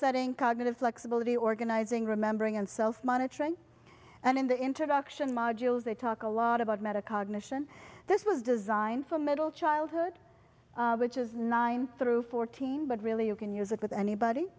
setting cognitive flexibility organizing remembering and self monitoring and in the introduction modules they talk a lot about metacognition this was designed for middle childhood which is nine through fourteen but really you can use it with anybody